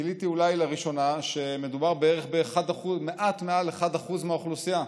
גיליתי אולי לראשונה שמדובר בערך במעט מעל 1% מהאוכלוסייה.